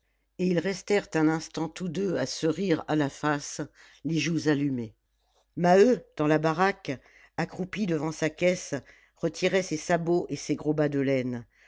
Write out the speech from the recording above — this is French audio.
et ils restèrent un instant tous deux à se rire à la face les joues allumées maheu dans la baraque accroupi devant sa caisse retirait ses sabots et ses gros bas de laine